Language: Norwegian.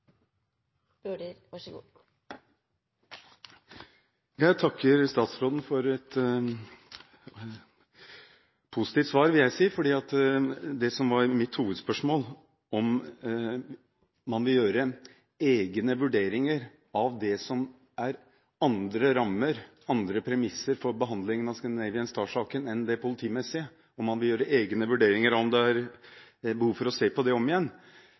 var mitt hovedspørsmål, var om man vil foreta egne vurderinger av det som er andre rammer, andre premisser for behandlingen av «Scandinavian Star»-saken enn det politimessige, om man vil foreta egne vurderinger av om det er behov for å se på det om igjen.